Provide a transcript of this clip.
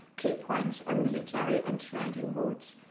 key points on military and trading routes,